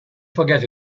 forget